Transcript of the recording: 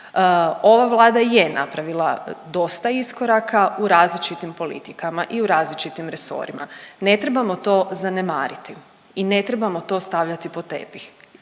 Ova Vlada je napravila dosta iskoraka u različitim politikama i u različitim resorima. Ne trebamo to zanemariti i ne trebamo to stavljati pod tepih.